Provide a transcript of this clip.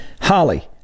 Holly